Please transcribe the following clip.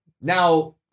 Now